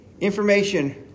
information